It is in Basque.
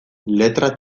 letra